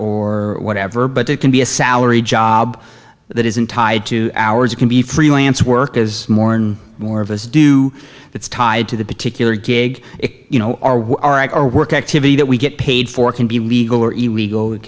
or whatever but it can be a salaried job that isn't tied to hours it can be freelance work as more and more of us do it's tied to the particular gig you know or work activity that we get paid for can be legal or illegal it